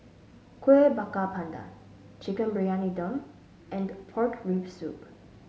Kueh Bakar Pandan Chicken Briyani Dum and Pork Rib Soup